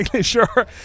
sure